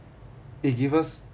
it gives us